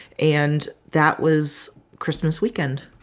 and that was christmas weekend.